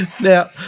Now